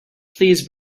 please